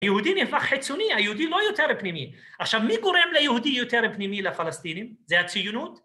יהודי נהפך חיצוני, היהודי לא יותר פנימי, עכשיו מי גורם ליהודי יותר פנימי לפלסטינים? זה הציונות?